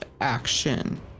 action